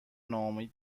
ناامید